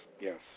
yes